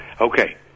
Okay